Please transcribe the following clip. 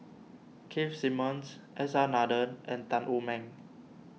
Keith Simmons S R Nathan and Tan Wu Meng